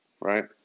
right